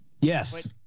Yes